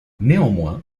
néanmoins